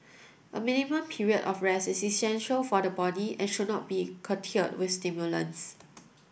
a minimum period of rest is essential for the body and should not be curtailed with stimulants